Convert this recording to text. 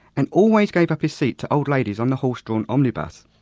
and always gave up his seat to old ladies on the horse-drawn omnibus.